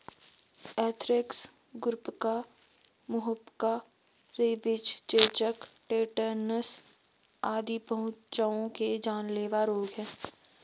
anthrax, खुरपका, मुहपका, rabies, चेचक, टेटनस आदि पहुओं के जानलेवा रोग हैं